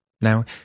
Now